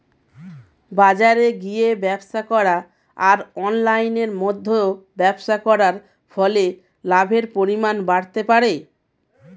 বাজারে গিয়ে ব্যবসা করা আর অনলাইনের মধ্যে ব্যবসা করার ফলে লাভের পরিমাণ বাড়তে পারে?